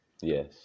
Yes